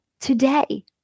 today